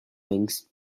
wings